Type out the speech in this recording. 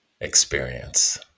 experience